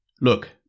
Look